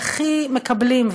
והכי מקבלים,